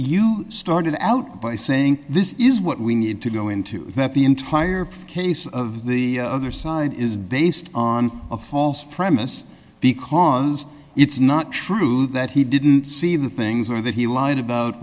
you started out by saying this is what we need to go into the entire case of the other side is based on a false premise because it's not true that he didn't see the things or that he lied about